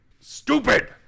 Stupid